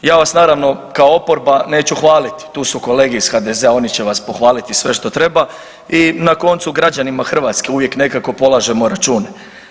Ja vas naravno, kao oporba neću hvaliti, tu su kolege iz HDZ-a, oni će vas pohvaliti sve što treba i na koncu, građanima Hrvatske uvijek nekako polažemo račune.